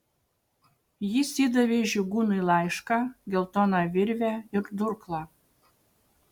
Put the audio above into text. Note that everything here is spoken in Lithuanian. jis įdavė žygūnui laišką geltoną virvę ir durklą